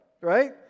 right